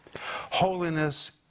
Holiness